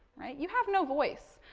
right, you have no voice.